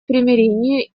примирению